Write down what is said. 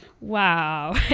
Wow